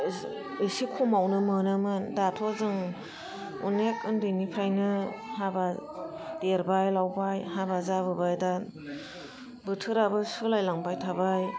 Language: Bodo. गोदो एसे खमावनो मोनोमोन दाथ' जों अनेख उन्दैनिफ्रायनो हाबा देरबाय लावबाय हाबा जाबोबाय दा बोथोरबो सोलाय लांबाय थाबाय